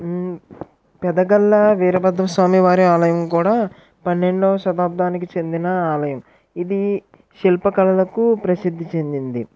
పెదగళ్ళ వీరభద్రస్వామి వారి ఆలయం కూడా కూడా పన్నెండవ శతాబ్దానికి చెందిన ఆలయం ఇది శిల్ప కళలకు ప్రసిద్ధి చెందింది